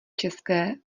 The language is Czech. české